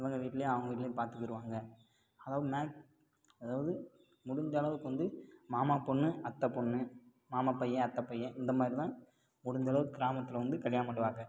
இவங்க வீட்லேயும் அவங்க வீட்லேயும் பார்த்துக்கிருவாங்க அதாவது மே அதாவது முடிஞ்ச அளவுக்கு வந்து மாமா பொண்ணு அத்தை பொண்ணு மாமா பையன் அத்த பையன் இந்த மாதிரிதான் முடிஞ்ச அளவுக்கு கிராமத்தில் வந்து கல்யாணம் பண்ணுவாங்க